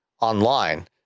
online